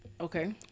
Okay